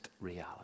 reality